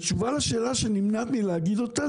בתשובה לשאלה שנמנעת מלהגיד אותה,